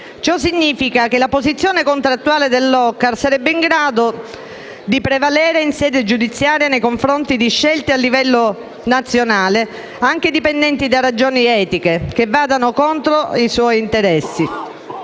Ciò significa che la posizione contrattuale dell'OCCAR sarebbe in grado di prevalere in sede giudiziaria nei confronti di scelte a livello nazionale, anche dipendenti da ragioni etiche, che vadano contro i suoi interessi.